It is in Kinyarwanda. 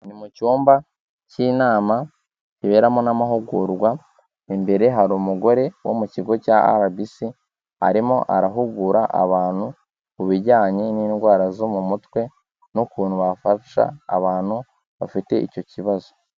Ni mu cyumba cy'inama kiberamo n'amahugurwa, imbere hari umugore wo mu kigo cya RBC arimo arahugura abantu ku bijyanye n'indwara zo mu mutwe n'ukuntu bafasha abantu bafite icyo kibazo.